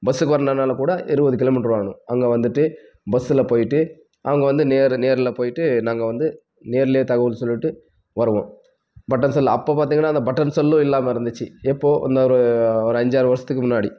பஸ்ஸுக்கு வரலைனாலும்கூட இருபது கிலோமீட்ரு வரணும் அங்கே வந்துட்டு பஸ்ஸில் போய்ட்டு அவங்க வந்து நேர் நேர்ல போய்ட்டு நாங்கள் வந்து நேர்ல தகவல் சொல்லிட்டு வருவோம் பட்டன் செல் அப்போ பார்த்திங்கனா அந்த பட்டன் செல்லும் இல்லாமல் இருந்துச்சு எப்போது இந்த ஒரு ஒரு அஞ்சாறு வருஷத்துக்கு முன்னாடி